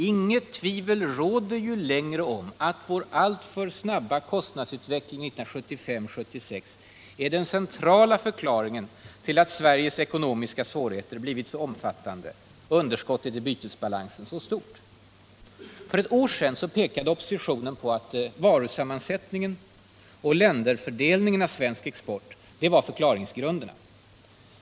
Inget tvivel råder längre om att vår alltför snabba kostnadsutveckling 1975 och 1976 är den centrala förklaringen till att Sveriges ekonomiska svårigheter har blivit så omfattande och underskottet i bytesbalansen så stort. För ett år sedan pekade oppositionen på att varusammansättningen och länderfördelningen för svensk export var förklaringsgrunderna.